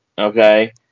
Okay